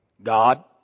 God